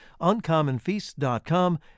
Uncommonfeasts.com